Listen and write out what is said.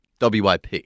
WIP